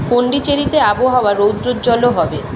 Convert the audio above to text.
পন্ডিচেরীতে আবহাওয়া রৌদ্রজ্জ্বলও হবে